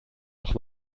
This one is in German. noch